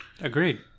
Agreed